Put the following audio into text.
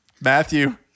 Matthew